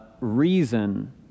reason